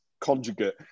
conjugate